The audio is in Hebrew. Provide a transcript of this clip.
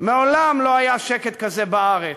מעולם לא היה שקט כזה בארץ,